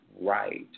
right